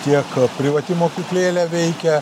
tiek privati mokyklėlė veikia